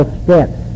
steps